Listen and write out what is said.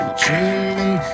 dreaming